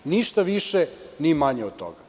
Ništa više, ni manje od toga.